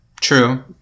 true